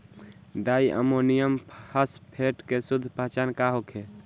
Di ammonium phosphate के शुद्ध पहचान का होखे?